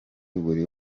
buri